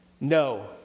No